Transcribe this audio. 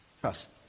Trust